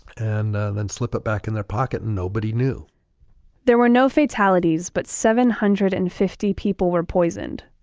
and then slip it back in their pocket and nobody knew there were no fatalities, but seven hundred and fifty people were poisoned.